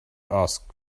asked